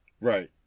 Right